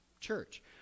church